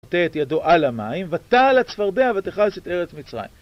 נוטה את ידו על המים, ותעל הצפרדע, ותכס את ארץ מצרים.